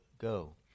go